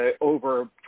over